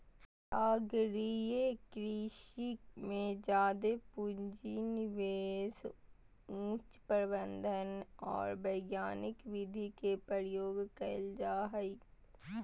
सागरीय कृषि में जादे पूँजी, निवेश, उच्च प्रबंधन और वैज्ञानिक विधि के प्रयोग कइल जा हइ